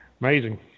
Amazing